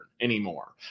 anymore